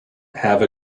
have